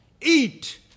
Eat